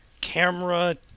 Camera